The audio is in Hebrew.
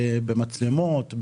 במצלמות,